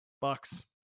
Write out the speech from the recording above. bucks